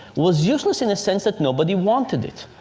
was useless in the sense that nobody wanted it.